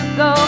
go